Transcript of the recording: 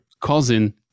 cousin